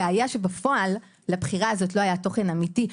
הבעיה שבפועל לבחירה הזו לא היה תוכן אמיתי.